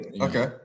okay